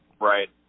Right